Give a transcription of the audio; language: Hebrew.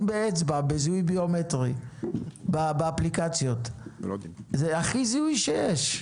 באצבע בזיהוי ביומטרי באפליקציות זה הכי זיהוי שיש.